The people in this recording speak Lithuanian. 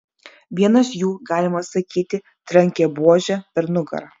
vienas jų galima sakyti trankė buože per nugarą